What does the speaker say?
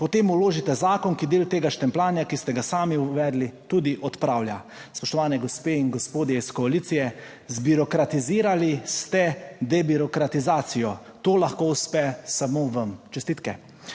Potem vložite zakon, ki del tega štempljanja, ki ste ga sami uvedli, tudi odpravlja. Spoštovane gospe in gospodje iz koalicije, zbirokratizirali ste debirokratizacijo. To lahko uspe samo vam. Čestitke.